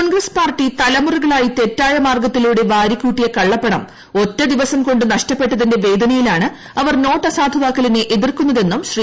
Congress party തലമുറകളായി തെറ്റായ മാർഗ്ഗത്തിലൂടെ വാരിക്കൂട്ടിയ കള്ളപ്പണം ഒറ്റദിവസം കൊണ്ട് നഷ്ടപ്പെട്ടതിന്റെ വേദനയിലാണ് അവർ നോട്ട് അസാധുവാക്കലിനെ എതിർക്കുന്നതെന്നും ശ്രീ